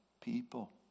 people